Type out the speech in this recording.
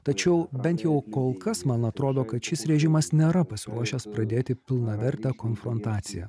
tačiau bent jau kol kas man atrodo kad šis režimas nėra pasiruošęs pradėti pilnavertę konfrontaciją